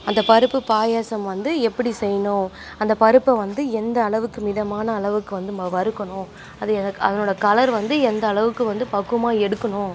அந்த பருப்புப் பாயசம் வந்து எப்படி செய்யணும் அந்த பருப்பை வந்து எந்த அளவுக்கு மிதமான அளவுக்கு வந்து நம்ம வறுக்கணும் அது எதுக்கு அதனோடய கலர் வந்து எந்த அளவுக்கு வந்து பக்குவமாக எடுக்கணும்